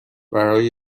برای